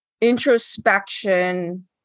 introspection